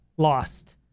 lost